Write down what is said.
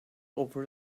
over